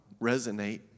resonate